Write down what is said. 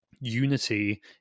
Unity